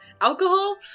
Alcohol